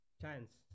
Chance